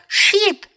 sheep